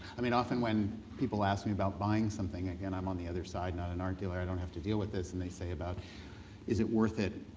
i mean often when people ask me about buying something, again i'm on the other side now, an art dealer i don't have to deal with this, and they say, but is it worth it?